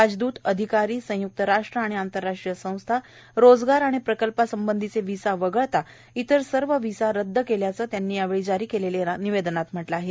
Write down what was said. राजदूत अधिकारी संय्क्त राष्ट्र आणि आंतरराष्ट्रीय संस्था रोजगार आणि प्रकल्पासंबंधिचे व्हिसा वगळता इतर सर्व व्हीसा रद्द केल्याचे यावेळी जारी केलेचे निवेदनात म्हटले आहे